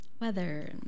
weather